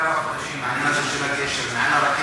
כמה חודשים, העניין הזה של הגשר מעל הרכבת,